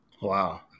Wow